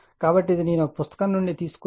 కాబట్టి ఇది నేను ఒక పుస్తకం నుండి తీసుకున్నాను